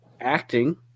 acting